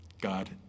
God